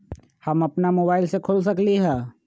हम अपना मोबाइल से खोल सकली ह?